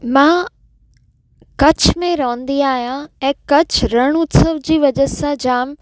मां कच्छ में रहंदी आहियां ऐं कच्छ रण उत्सव जी वजह सां जाम